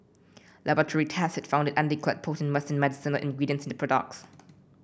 laboratory tests had found undeclared potent western medicinal ingredients in the products